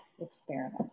experiment